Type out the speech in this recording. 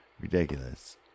ridiculous